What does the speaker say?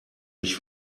mich